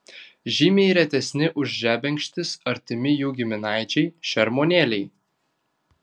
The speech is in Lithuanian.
žymiai retesni už žebenkštis artimi jų giminaičiai šermuonėliai